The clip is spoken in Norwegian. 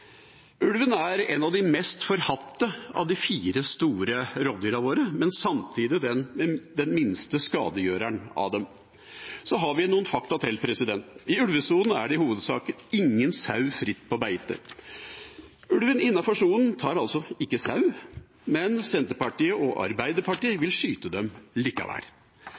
Ulven er et av de mest forhatte av de fire store rovdyrene våre, men samtidig den minste skadegjøreren av dem. Og vi har noen fakta til. I ulvesonen er det i hovedsak ingen sau fritt på beite. Ulven innenfor sonen tar altså ikke sau, men Senterpartiet og Arbeiderpartiet vil skyte den likevel.